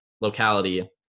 locality